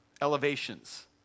elevations